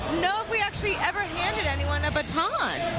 know, if we actually every handed anyone a baton.